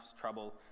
trouble